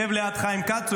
שב ליד חיים כץ,